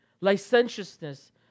licentiousness